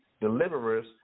deliverers